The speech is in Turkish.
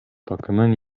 takımın